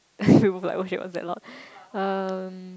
okay was that loud um